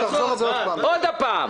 בוא,